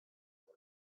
four